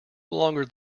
longer